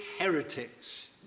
heretics